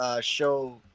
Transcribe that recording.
show